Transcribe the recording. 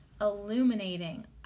illuminating